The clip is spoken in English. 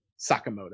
sakamoto